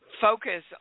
Focus